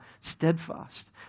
steadfast